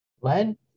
Len